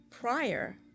prior